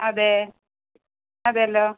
അതെ അതെയല്ലോ